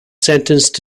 sentenced